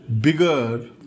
bigger